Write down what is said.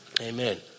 Amen